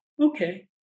okay